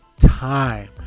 time